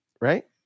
right